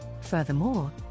Furthermore